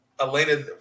Elena